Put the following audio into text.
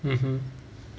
mmhmm